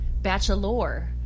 bachelor